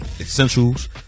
essentials